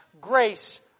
grace